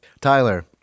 Tyler